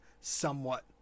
somewhat